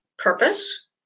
purpose